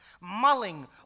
mulling